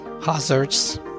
hazards